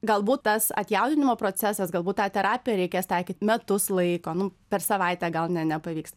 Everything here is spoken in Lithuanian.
galbūt tas atjauninimo procesas galbūt tą terapiją reikės taikyt metus laiko nu per savaitę gal ne nepavyks